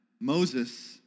Moses